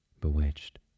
bewitched